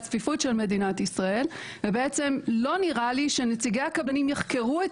בנושא הצפיפות של מדינת ישראל ולא נראה לי שנציגי הקבלנים יחקרו את